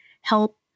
help